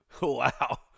Wow